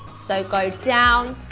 so go down